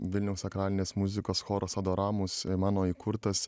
vilniaus sakralinės muzikos choras adoramus mano įkurtas